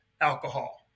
alcohol